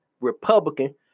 Republican